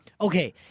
Okay